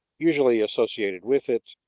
usually associated with it,